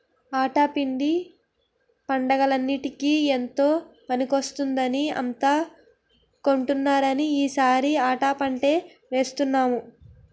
ఆటా పిండి పండగలన్నిటికీ ఎంతో పనికొస్తుందని అంతా కొంటున్నారని ఈ సారి ఆటా పంటే వేసాము